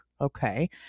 Okay